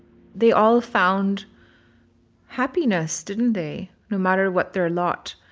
they all found happiness didn't they? no matter what their lot.